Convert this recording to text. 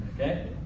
Okay